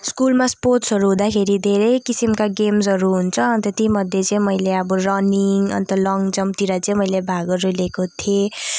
स्कुलमा स्पोर्ट्सहरू हुँदाखेरि धेरै किसिमका गेम्सहरू हुन्छ अन्त ती मध्ये चाहिँ मैले अब रनिङ अन्त लङ जम्पतिर चाहिँ मैले भागहरू लिएको थिएँ